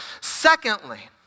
Secondly